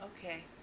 Okay